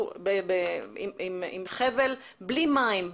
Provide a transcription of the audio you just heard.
בלי מים,